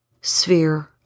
sphere